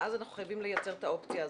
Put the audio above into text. ואז אנחנו חייבים לייצר את האופציה הזאת.